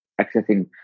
accessing